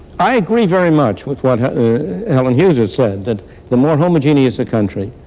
i agree very much with what helen hughes has said, that the more homogenous the country,